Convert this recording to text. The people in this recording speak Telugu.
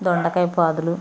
దొండకాయ పాదులు